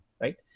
right